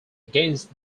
against